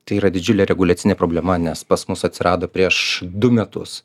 tai yra didžiulė reguliacinė problema nes pas mus atsirado prieš du metus